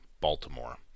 Baltimore